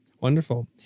Wonderful